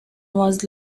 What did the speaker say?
was